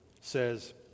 says